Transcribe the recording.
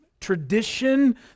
tradition